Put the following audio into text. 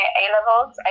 a-levels